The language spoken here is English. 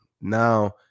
Now